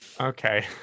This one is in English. okay